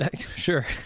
sure